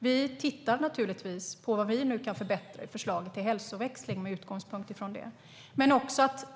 Regeringen tittar på vad vi kan förbättra i förslaget till hälsoväxling.